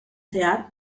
zehar